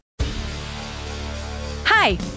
Hi